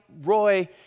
Roy